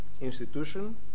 institution